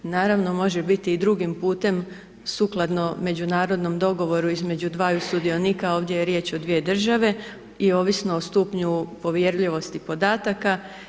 Naravno, može biti i drugim putem sukladno međunarodnom dogovoru između dvaju sudionika, ovdje je riječ o dvije države i ovisno o stupnju povjerljivosti podataka.